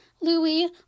Louis